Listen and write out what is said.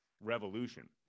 revolution